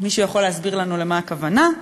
מישהו יכול להסביר לנו למה הכוונה?